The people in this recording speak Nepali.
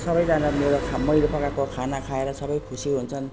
सबैजाना मेरो मैले पकाएको खाना खाएर सबै खुसी हुन्छन्